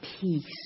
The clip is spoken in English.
peace